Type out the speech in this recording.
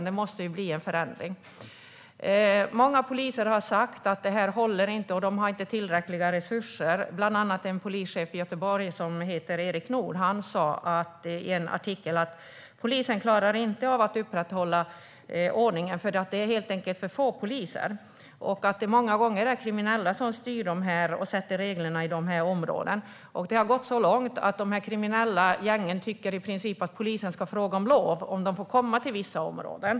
Det måste bli en förändring. Många poliser har sagt att det här inte håller. De har inte tillräckliga resurser. Bland annat har en polischef i Göteborg, Erik Nord, uttalat i en artikel: Polisen klarar inte av att upprätthålla ordningen för att det helt enkelt är för få poliser. Många gånger är det kriminella som styr och sätter reglerna i dessa områden. Det har gått så långt att de kriminella gängen i princip tycker att polisen ska fråga om lov för att de ska få komma till vissa områden.